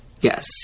Yes